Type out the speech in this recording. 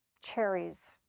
cherries